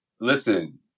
Listen